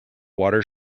water